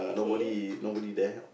like nobody nobody there